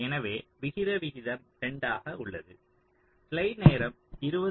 எனவே விகித விகிதம் 2 ஆக உள்ளது